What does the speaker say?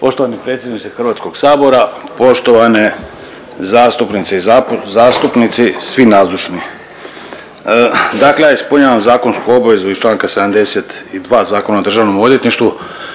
Poštovani predsjedniče Hrvatskog sabora, poštovane zastupnice i zastupnici, svi nazočni, dakle ja ispunjavam zakonsku obavezu iz Članka 72. Zakona o državnom odvjetništvu